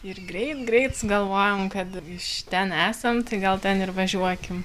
ir greit greit sugalvojom kad iš ten esam tai gal ten ir važiuokim